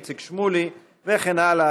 איציק שמולי וכן הלאה,